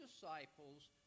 disciples